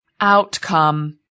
outcome